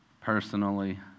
personally